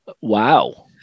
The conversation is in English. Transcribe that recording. Wow